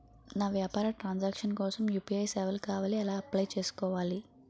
నా వ్యాపార transaction కోసం యు.పి.ఐ సేవలు కావాలి ఎలా అప్లయ్ చేసుకోవాలి?